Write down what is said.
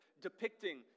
depicting